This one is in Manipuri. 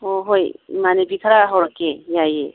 ꯑꯣ ꯍꯣꯏ ꯏꯃꯥꯟꯅꯕꯤ ꯈꯔ ꯍꯧꯔꯛꯀꯦ ꯌꯥꯏꯌꯦ